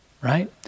right